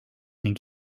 ning